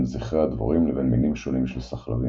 זכרי הדבורים לבין מינים שונים של סחלבים.